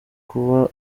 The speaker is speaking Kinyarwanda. kuba